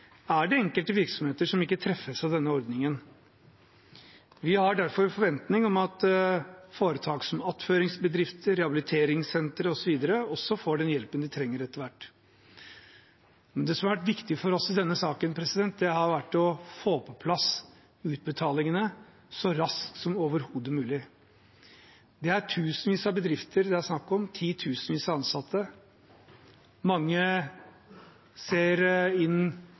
er det enkelte virksomheter som ikke treffes av denne ordningen. Vi har derfor forventning om at foretak som attføringsbedrifter, rehabiliteringssentre osv. også får den hjelpen de trenger etter hvert. Det som har vært viktig for oss i denne saken, har vært å få på plass utbetalingene så raskt som overhodet mulig. Det er tusenvis av bedrifter det er snakk om, titusenvis av ansatte. Mange ser inn